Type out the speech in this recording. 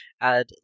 add